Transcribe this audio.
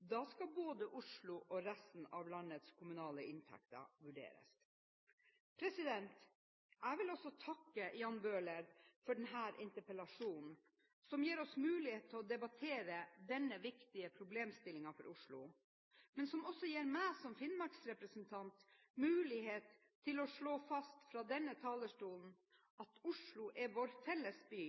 Da skal både Oslos og resten av landets kommunale inntekter vurderes. Jeg vil også takke Jan Bøhler for denne interpellasjonen, som gir oss mulighet til å debattere denne viktige problemstillingen for Oslo, og som også gir meg som finnmarksrepresentant mulighet til å slå fast fra denne talerstolen at Oslo er vår felles by,